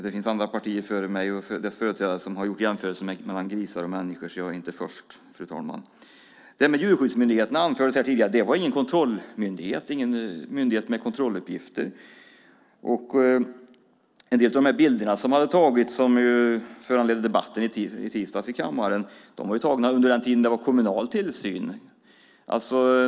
Det finns andra partiers företrädare som före mig har gjort jämförelser mellan grisar och människor, så jag är inte först, fru ålderspresident. Det här med Djurskyddsmyndigheten anfördes tidigare, men det var ju ingen myndighet med kontrolluppgifter. En del av de bilder som har tagits och som föranledde debatten i tisdags i kammaren var tagna under den tid det var kommunal tillsyn.